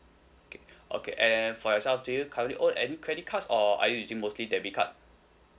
okay okay and for yourself do you currently own any credit cards or are you using mostly debit card